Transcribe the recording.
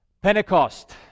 Pentecost